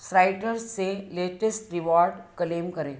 श्राइटर्स से latest reward claim करें